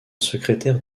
secrétaire